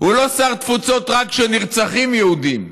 הוא לא שר תפוצות רק כשנרצחים יהודים,